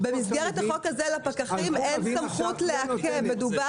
במסגרת החוק הזה לפקחים אין סמכות לעכב.